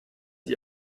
die